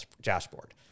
dashboard